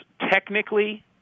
technically